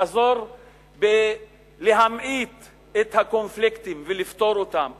לעזור להמעיט את הקונפליקטים ולפתור אותם,